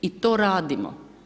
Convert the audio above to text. I to radimo.